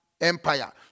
Empire